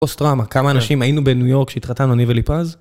פוסט טראומה, כמה אנשים היינו בניו יורק כשהתחתנו אני וליפז?